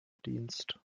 dienst